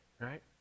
right